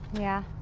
yeah.